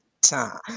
time